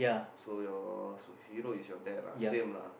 so your your hero is your dad lah same lah